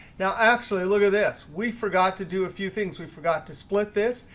now actually, look at this, we forgot to do a few things. we forgot to split this.